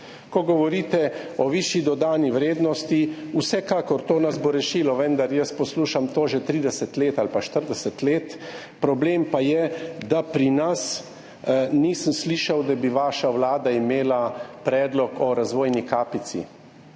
Ko govorite o višji dodani vrednosti – vsekakor, to nas bo rešilo, vendar jaz poslušam to že 30 let ali 40 let, problem pa je, da pri nas nisem slišal, da bi vaša vlada imela predlog o razvojni kapici,